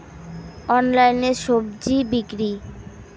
অনলাইনে স্বজি বিক্রি?